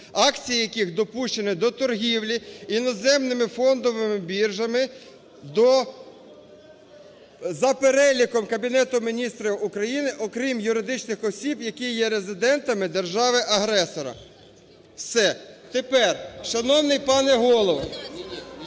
акції яких допущені до торгівлі іноземними фондовими біржами до… за переліком Кабінету Міністрів України, окрім юридичних осіб, які є резидентами держави-агресора". Все. Тепер, шановний пане Голово,